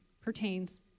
pertains